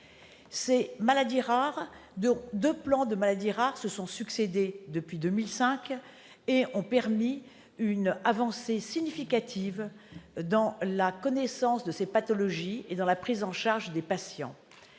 Deux plans Maladies rares se sont succédé depuis 2005, permettant des avancées significatives dans la connaissance de ces pathologies et dans la prise en charge des patients.